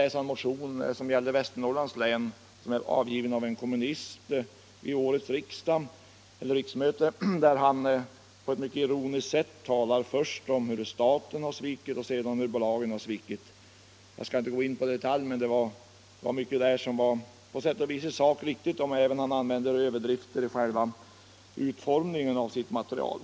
I en motion som gäller m.m. Västernorrlands län och som har väckts av en kommunist vid årets riksmöte talas det ironiskt först om hur staten har svikit och sedan om hur bolagen har svikit. Jag skall inte gå in på den motionen i detalj. Mycket i den är i sak riktigt, även om motionären använder sig av överdrifter vid utformningen av sitt material.